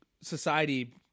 society